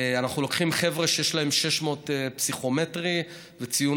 אנחנו לוקחים חבר'ה שיש להם 600 בפסיכומטרי וציון